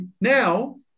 now